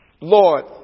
Lord